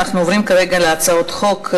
אנחנו עוברים כרגע להצעות חוק,